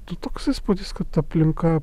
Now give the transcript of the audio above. tu toks įspūdis kad aplinka